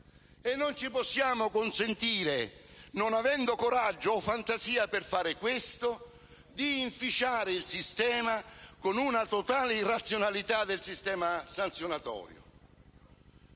E non possiamo permetterci, non avendo coraggio o fantasia per fare questo, di inficiare il sistema con una totale irrazionalità dell'apparato sanzionatorio.